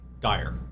dire